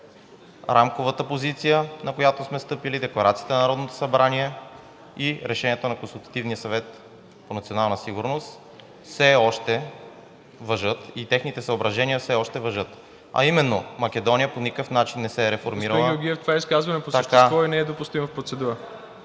рамковата позиция, на която сме стъпили, Декларацията на Народното събрание и Решението на Консултативния съвет по национална сигурност все още важат и техните съображения все още важат, а именно Македония по никакъв начин не се е реформирала... ПРЕДСЕДАТЕЛ МИРОСЛАВ ИВАНОВ: Господин Георгиев, това е изказване по същество и не е допустимо в процедура.